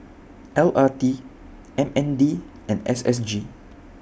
L R T M N D and S S G